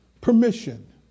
permission